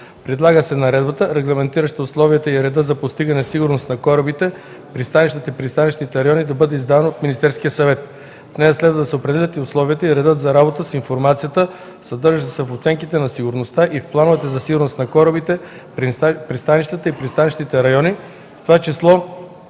Предлага се наредбата, регламентираща условията и реда за постигане сигурност на корабите, пристанищата и пристанищните райони, да бъде издавана от Министерския съвет. В нея следва да се определят условията и редът за работа с информацията, съдържаща се в оценките на сигурността и в плановете за сигурност на корабите, пристанищата и пристанищните райони,